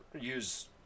use